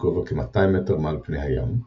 בגובה כ-200 מ' מעל פני הים,